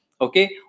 Okay